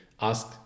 ask